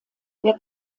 der